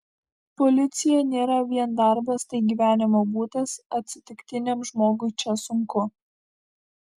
policija nėra vien darbas tai gyvenimo būdas atsitiktiniam žmogui čia sunku